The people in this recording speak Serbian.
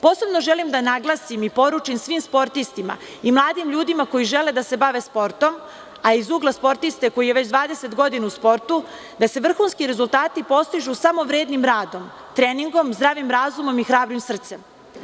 Posebno želim da naglasim i poručim svim sportistima i mladim ljudima koji žele da se bave sportom, a iz ugla sportiste koji je već 20 godina u sportu, da se vrhunski rezultati postižu samo vrednim radom, treningom, zdravim razumom i hrabrim srcem.